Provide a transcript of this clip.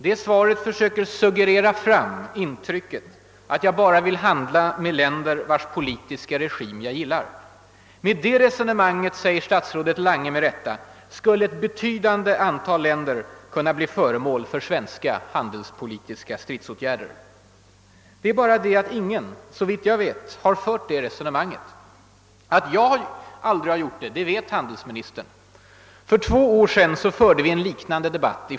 Detta svar försöker suggerera fram intrycket att jag bara vill att Sverige skall handla med länder vilkas politiska regim jag gillar. »Med detta resonemang», säger statsrådet med rätta, »skulle ett betydande antal länder kunna bli föremål för svenska handelspolitiska stridsåtgärder». Det är bara det att ingen, såvitt jag vet, fört detta resonemang. Handelsministern vet att jag aldrig gjort det. Vi förde för två år sedan i första kammaren en liknande debatt.